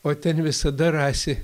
o ten visada rasi